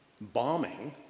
bombing